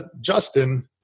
justin